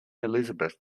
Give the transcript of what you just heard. elizabeth